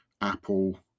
Apple